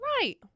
Right